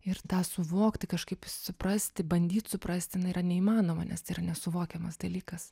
ir tą suvokti kažkaip suprasti bandyt suprasti na yra neįmanoma nes tai yra nesuvokiamas dalykas